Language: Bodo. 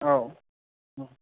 औ